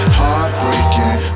heartbreaking